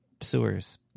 sewers